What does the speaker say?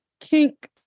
kink